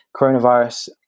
coronavirus